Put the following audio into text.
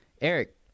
Eric